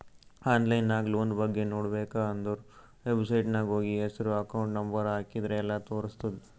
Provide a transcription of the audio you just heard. online ನಾಗ್ loan ಬಗ್ಗೆ ನೋಡ್ಬೇಕ ಅಂದುರ್ ವೆಬ್ಸೈಟ್ನಾಗ್ ಹೋಗಿ ಹೆಸ್ರು ಅಕೌಂಟ್ ನಂಬರ್ ಹಾಕಿದ್ರ ಎಲ್ಲಾ ತೋರುಸ್ತುದ್